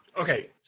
Okay